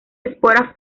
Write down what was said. esporas